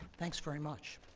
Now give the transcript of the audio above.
thanks very much.